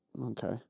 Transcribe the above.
Okay